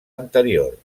anterior